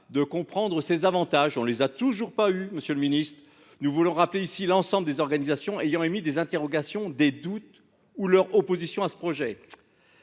de comprendre ses avantages – nous ne les avons toujours pas entendus, monsieur le ministre ! Nous voulons citer ici l’ensemble des organisations ayant émis des interrogations, des doutes ou leur opposition à ce projet.